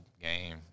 game